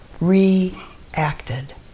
Reacted